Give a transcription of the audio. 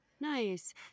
Nice